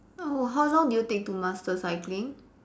oh how long did you take to master cycling